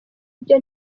ibyo